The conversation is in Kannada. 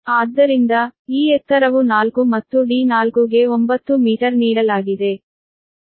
ಆದ್ದರಿಂದ ಈ ಎತ್ತರವು 4 ಮತ್ತು d4 ಗೆ 9 ಮೀಟರ್ ನೀಡಲಾಗಿದೆ